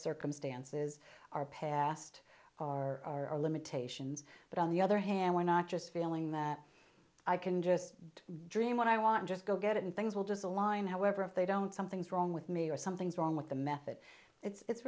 circumstances our past our limitations but on the other hand we're not just feeling that i can just dream what i want just go get it and things will just align however if they don't something's wrong with me or something's wrong with the method it's